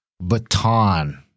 baton